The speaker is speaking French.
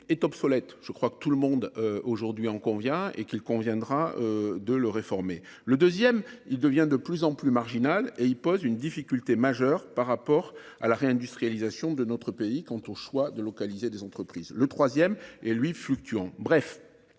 est obsolète. Je crois que tout le monde aujourd’hui en convient et qu’il faudra le réformer. Le deuxième devient de plus en plus marginal et pose une difficulté majeure pour la réindustrialisation de notre pays, liée au choix de localiser des entreprises. Le troisième est, lui, fluctuant. Bref,